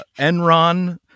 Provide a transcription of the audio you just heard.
Enron